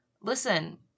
listen